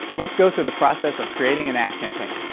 let's go through the process of creating an ad campaign.